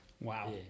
Wow